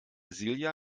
silja